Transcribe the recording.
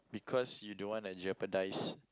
cause you don't want to jeopardise